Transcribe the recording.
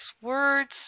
words